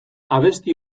abesti